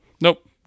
Nope